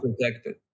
protected